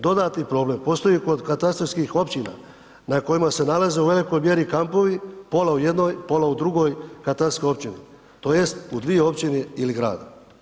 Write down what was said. Dodatni problem postoji kod katastarskih općina na kojima se nalaze u velikoj mjeri kampovi, pola u jednoj, pola u drugoj katastarskoj općini tj. u dvije općine ili gradu.